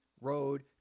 road